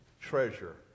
treasure